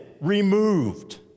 removed